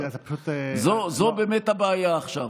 זאת באמת הבעיה עכשיו.